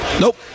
Nope